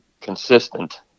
consistent